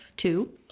two